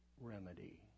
remedy